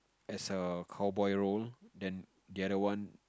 as a cowboy role and the other one